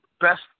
best